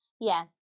Yes